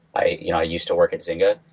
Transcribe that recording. i you know used to work at zinga.